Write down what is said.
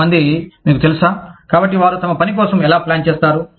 కొంతమంది మీకు తెలుసా కాబట్టి వారు తమ పని కోసం ఎలా ప్లాన్ చేస్తారు